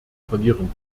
verlieren